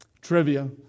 trivia